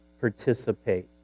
participate